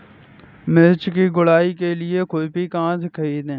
मिर्च की गुड़ाई के लिए खुरपी कहाँ से ख़रीदे?